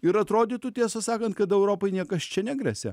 ir atrodytų tiesą sakant kad europai niekas čia negresia